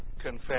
confess